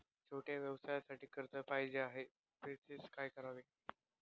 छोट्या व्यवसायासाठी कर्ज पाहिजे आहे प्रोसेस काय करावी लागेल?